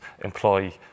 employ